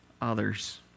others